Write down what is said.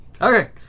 Okay